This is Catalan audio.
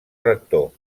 rector